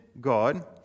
God